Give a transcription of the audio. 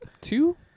two